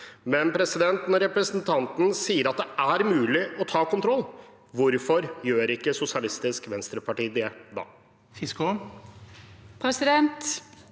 foreslår. Når representanten sier at det er mulig å ta kontroll, hvorfor gjør ikke Sosialistisk Venstreparti det da?